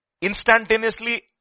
instantaneously